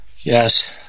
Yes